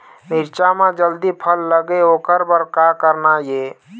मिरचा म जल्दी फल लगे ओकर बर का करना ये?